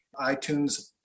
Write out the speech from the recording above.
iTunes